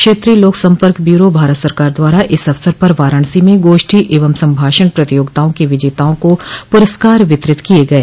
क्षेत्रीय लोक संपर्क ब्यूरो भारत सरकार द्वारा इस अवसर पर वाराणसी में गोष्ठी एवं संभाषण प्रतियोगिताओं के विजेताओं का पुरस्कार वितरित किये गये